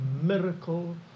miracle